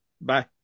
Bye